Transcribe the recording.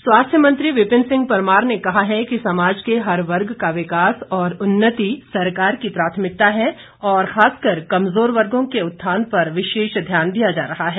परमार स्वास्थ्य मंत्री विपिन सिंह परमार ने कहा है कि समाज के हर वर्ग का विकास और उन्नति सरकार की प्राथमिकता है और खासकर कमजोर वर्गो के उत्थान पर विशेष ध्यान दिया जा रहा है